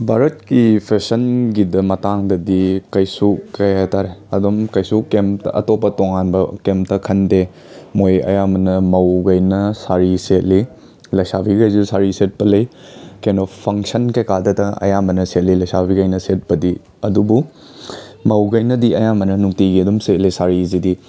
ꯚꯔꯠꯀꯤ ꯐꯦꯁꯟꯒꯤꯗ ꯃꯇꯥꯡꯗꯗꯤ ꯀꯩꯁꯨ ꯀꯩꯍꯥꯏꯇꯔꯦ ꯑꯗꯨꯝ ꯀꯩꯁꯨ ꯀꯩꯝꯇ ꯑꯇꯣꯞꯄ ꯇꯣꯉꯥꯟꯕ ꯀꯩꯝꯇ ꯈꯟꯗꯦ ꯃꯣꯏ ꯑꯌꯥꯝꯕꯅ ꯃꯈꯩꯅ ꯁꯥꯔꯤ ꯁꯦꯠꯂꯤ ꯂꯩꯁꯥꯕꯤꯈꯩꯁꯨ ꯁꯥꯔꯤ ꯁꯦꯠꯄ ꯂꯩ ꯀꯩꯅꯣ ꯐꯪꯁꯟ ꯀꯩꯀꯥꯗꯇ ꯑꯌꯥꯝꯕꯅ ꯁꯦꯠꯂꯤ ꯂꯩꯁꯥꯕꯤꯈꯩꯅ ꯁꯦꯠꯄꯗꯤ ꯑꯗꯨꯕꯨ ꯃꯧꯈꯩꯅꯗꯤ ꯑꯌꯥꯝꯕꯅ ꯅꯨꯡꯇꯤꯒꯤ ꯑꯗꯨꯝ ꯁꯦꯠꯂꯦ ꯁꯥꯔꯤꯁꯤꯗꯤ